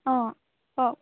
অঁ কওক